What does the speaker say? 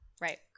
Right